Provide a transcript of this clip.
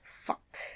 Fuck